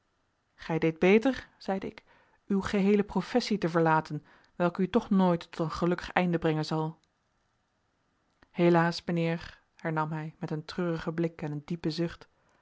gij deedt beter zeide ik uw geheele professie te verlaten welke u toch nooit tot een gelukkig einde brengen zal helaas mijnheer hernam hij met een treurigen blik en een diepe zucht